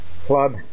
Club